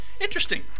interesting